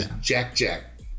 Jack-Jack